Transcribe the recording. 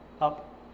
up